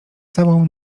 całą